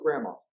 grandma